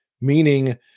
meaning